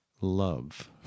love